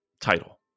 title